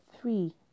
three